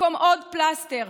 במקום עוד פלסטר,